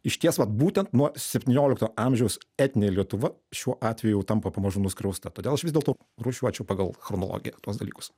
išties vat būtent nuo septyniolikto amžiaus etninė lietuva šiuo atveju jau tampa pamažu nuskriausta todėl aš vis dėlto rūšiuočiau pagal chronologiją tuos dalykus